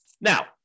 Now